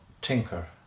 Tinker